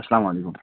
السلام علیکُم